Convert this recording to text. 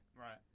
right